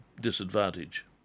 disadvantage